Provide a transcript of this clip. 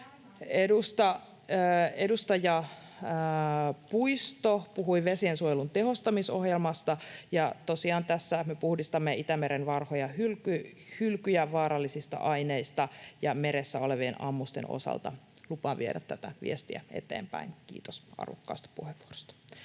Edustaja Puisto puhui vesiensuojelun tehostamisohjelmasta. Ja tosiaan tässä me puhdistamme Itämeren vanhoja hylkyjä vaarallisista aineista, ja meressä olevien ammusten osalta lupaan viedä tätä viestiä eteenpäin — kiitos arvokkaasta puheenvuorosta.